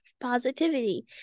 positivity